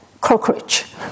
cockroach